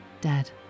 dead